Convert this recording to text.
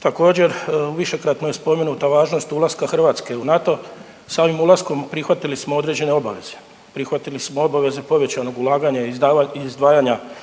Također, višekratno je spomenuta važnost ulaska Hrvatske u NATO. Samim ulaskom prihvatili smo određene obaveze, prihvatili smo obaveze povećanog ulaganja i izdvajanja sredstava